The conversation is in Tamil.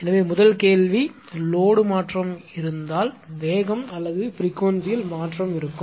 எனவே முதல் கேள்வி லோடு மாற்றம் இருந்தால் வேகம் அல்லது பிரிகுவென்ஸியில் மாற்றம் இருக்கும்